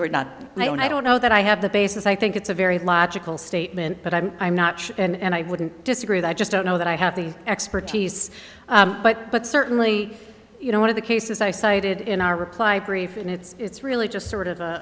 or not i don't i don't know that i have the basis i think it's a very logical statement but i'm i'm not sure and i wouldn't disagree that just don't know that i have the expertise but but certainly you know one of the cases i cited in our reply brief and it's really just sort of